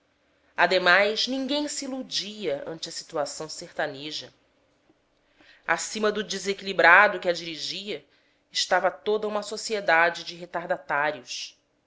ademais ninguém se iludia ante a situação sertaneja acima do desequilibrado que a dirigia estava toda uma sociedade de retardatários